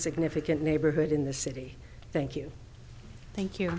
significant neighborhood in the city thank you thank you